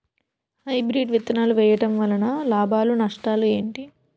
Hybrid విత్తనాలు వేయటం వలన లాభాలు నష్టాలు ఏంటి?